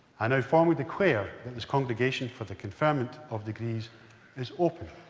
i now formally declare that this congregation for the conferment of degrees is open.